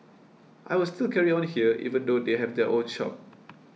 I will still carry on here even though they have their own shop